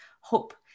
hope